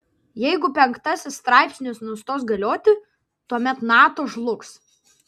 jeigu penktasis straipsnis nustos galioti tuomet nato žlugs